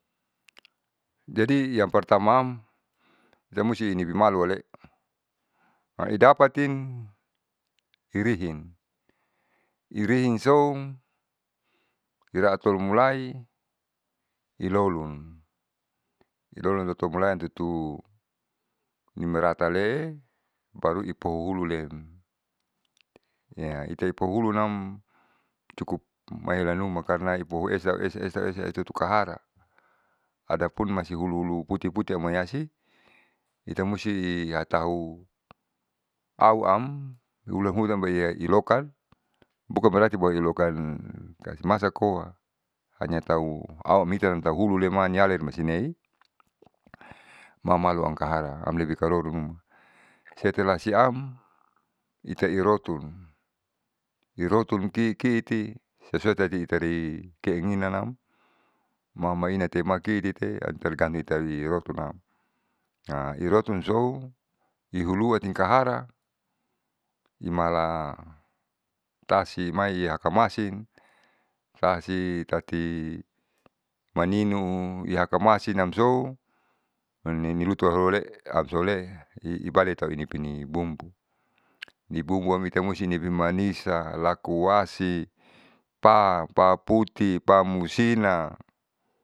Jadi yang pertamaam itamusti ini bimaluale maidapatin irihin irihinsou iratolumulai ilolun ilolun tutu mulalan tutu nimiratale baru ipoululem itaeipulunam cukup maelakanuma karna ipukuesa esa esa esa itutukahara adapun masih uluulu putih putih amoiasi itamusti hatau auam hulanhulan itamba iya ilokan bukan berati bawah ilokan kasih masa koa hanya tau awamhitam intaulumaniali masinei mamaluamkoa kahara am lebih karoro setelah saiam itairotun irotun ki kiiti sesuai tati itari keinginan am mau mainate maikitite itali rotunam hirotunsou ihuluanni kahara imala taiahakamasi tasi tati maninu ihakamasinamsou ninutualoale amsoale ibadi tau inipi bumbu nibumbuam itamusti nibimanisa lakuasi pam paputi pamusina.